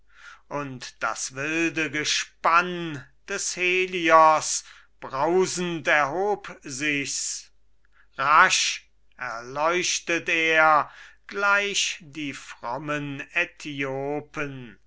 und das wilde gespann des helios brausend erhub sich's rasch erleuchtet er gleich die frommen äthiopen